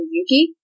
Yuki